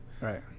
Right